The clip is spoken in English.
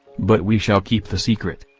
but we shall keep the secret,